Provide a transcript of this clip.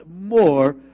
more